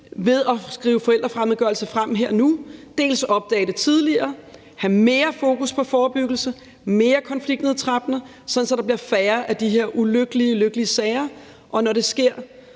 ved at skrive forældrefremmedgørelse ind her og nu dels opdage det tidligere, dels have mere fokus på forebyggelse og mere konfliktnedtrapning, så der bliver færre af de her ulykkelige, ulykkelige sager, og når det sker,